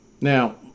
Now